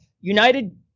United